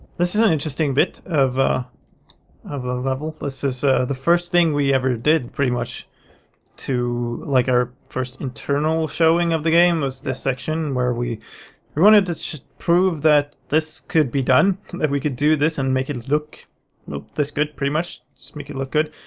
this is an interesting bit of ah of the level. this is ah the first thing we ever did, pretty much to. like our first internal showing of the game was this section where we we wanted to prove that this could be done that we could do this and make it look look this good pretty much, just make it look good.